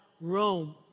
Rome